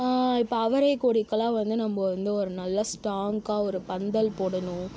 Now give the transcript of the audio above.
இப்போ அவரை கொடிக்கெலாம் வந்து நம்போ வந்து ஒரு நல்ல ஸ்ட்ராங்காக ஒரு பந்தல் போடணும்